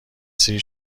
سیر